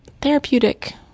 Therapeutic